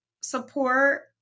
support